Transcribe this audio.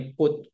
put